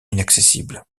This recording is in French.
inaccessible